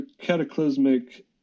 cataclysmic